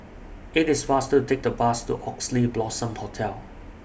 IT IS faster to Take The Bus to Oxley Blossom Hotel